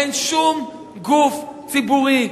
אין שום גוף ציבורי,